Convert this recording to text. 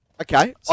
Okay